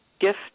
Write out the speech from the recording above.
gift